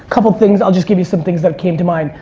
couple things, i'll just give you some things that came to mind.